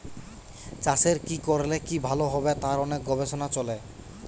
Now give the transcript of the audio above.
চাষের কি করলে কি ভালো হবে তার অনেক গবেষণা চলে